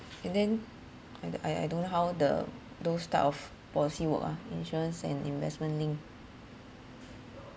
and then I I don't how the those type of policy work ah insurance and investment linked